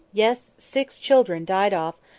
yes! six children died off,